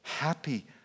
Happy